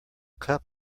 cup